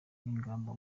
n’ingamba